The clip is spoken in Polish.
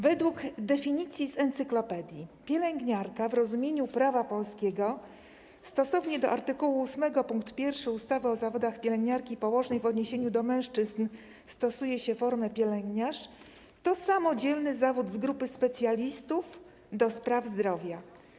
Według definicji z encyklopedii pielęgniarka w rozumieniu prawa polskiego - zgodnie z art. 8 pkt 1 ustawy o zawodach pielęgniarki i położnej w odniesieniu do mężczyzn stosuje się formę: pielęgniarz - to samodzielny zawód z grupy specjalistów do spraw zdrowia.